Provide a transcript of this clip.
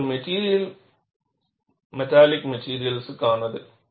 இது ஒரு மெட்டாலிக் மெட்டிரியல்ஸ்கானது